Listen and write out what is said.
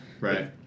Right